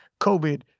COVID